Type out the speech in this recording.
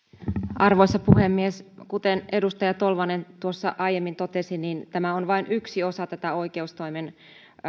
arvoisa puhemies kuten edustaja tolvanen tuossa aiemmin totesi tämä on vain yksi osa tätä oikeustoimen